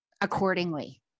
accordingly